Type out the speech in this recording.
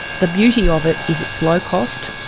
the beauty of it is it's low cost,